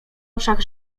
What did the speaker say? oczach